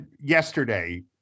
yesterday